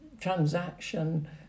transaction